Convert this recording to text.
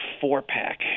four-pack